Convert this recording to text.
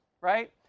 right